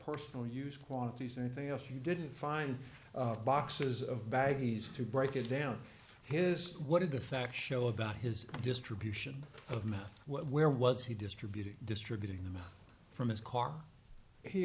personal use quantities anything else you didn't find boxes of baggies to break it down his what did the fact show about his distribution of mouth where was he distributed distributing them from his car he